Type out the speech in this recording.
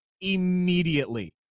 immediately